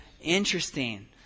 interesting